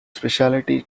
specialty